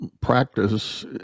practice